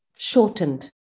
shortened